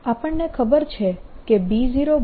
આપણને ખબર છે કે B0E0c છે